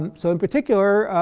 um so in particular,